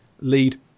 lead